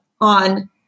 on